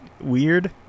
weird